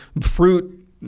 fruit